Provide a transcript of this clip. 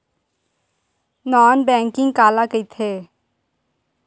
Non banking काला कइथे?